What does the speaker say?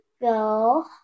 go